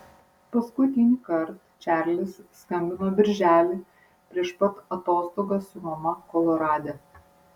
paskutinįkart čarlis skambino birželį prieš pat atostogas su mama kolorade